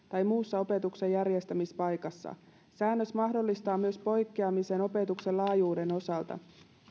tai muussa opetuksen järjestämispaikassa säännös mahdollistaa myös poikkeamisen opetuksen laajuuden osalta